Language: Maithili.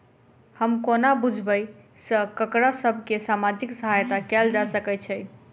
हम कोना बुझबै सँ ककरा सभ केँ सामाजिक सहायता कैल जा सकैत छै?